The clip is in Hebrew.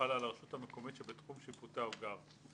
חלה על הרשות המקומית שבתחום שיפוטה הוא גר.